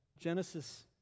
Genesis